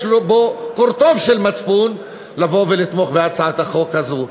בו קורטוב של מצפון לבוא ולתמוך בהצעת החוק הזאת.